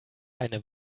eine